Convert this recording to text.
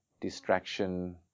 distraction